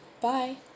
Bye